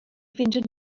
fynd